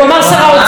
הוא אמר: שר האוצר.